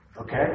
Okay